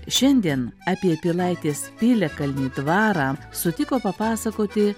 šiandien apie pilaitės piliakalnį dvarą sutiko papasakoti